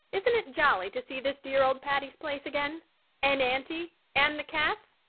isn't it jolly to see this dear old patty's place again and aunty and the cats?